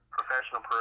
professional